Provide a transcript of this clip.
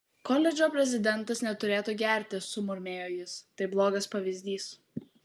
koledžo prezidentas neturėtų gerti sumurmėjo jis tai blogas pavyzdys